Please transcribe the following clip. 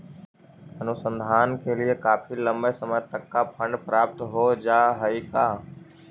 अनुसंधान के लिए काफी लंबे समय तक का फंड प्राप्त हो जा हई का